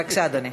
בבקשה, אדוני.